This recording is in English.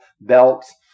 belts